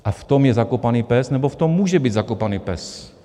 A v tom je zakopaný pes, nebo v tom může být zakopaný pes.